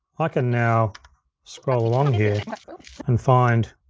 i can now scroll along here and find